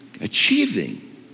achieving